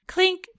Clink